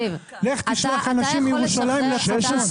ולך תשלח אנשים מירושלים לצפון.